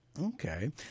Okay